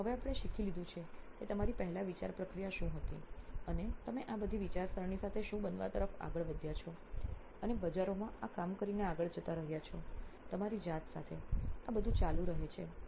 તેથી હવે આપણે શીખી લીધું છે કે તમારી પહેલાં વિચાર પ્રક્રિયા શું હતી અને તમે આ બધી વિચારસરણી સાથે શું બનવા તરફ આગળ વધ્યાં છો અને બજારોમાં આ કામ કરીને આગળ જતા રહ્યા છો તમારી જાત સાથે આ બધું ચાલુ રહે છે